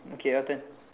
okay your turn